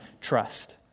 trust